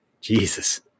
Jesus